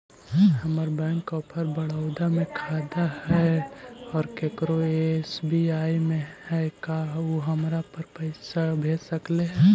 हमर bank of Baroda में खाता है और केकरो एस.बी.आई में है का उ हमरा पर पैसा भेज सकले हे?